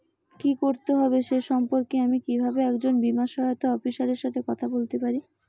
কী করতে হবে সে সম্পর্কে আমি কীভাবে একজন বীমা সহায়তা অফিসারের সাথে কথা বলতে পারি?